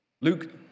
Luke